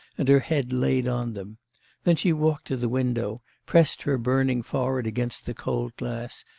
and her head laid on them then she walked to the window, pressed her burning forehead against the cold glass,